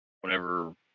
whenever